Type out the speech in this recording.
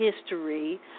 history